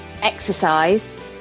Exercise